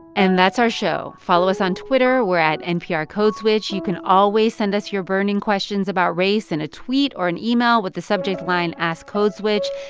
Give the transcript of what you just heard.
and that's our show. follow us on twitter. we're at nprcodeswitch. you can always send us your burning questions about race in a tweet or an email with the subject line, line, ask code switch.